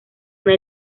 una